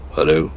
Hello